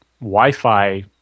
Wi-Fi